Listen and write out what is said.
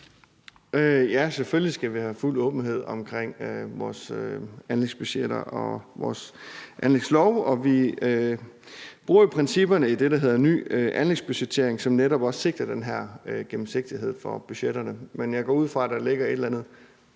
Ja, selvfølgelig skal vi have fuld åbenhed om vores anlægsbudgetter og vores anlægslov. Og vi bruger jo principperne i det, der hedder ny anlægsbudgettering, som netop også sigter mod den her gennemsigtighed i forhold til budgetterne. Men jeg går ud fra, at der ligger et eller andet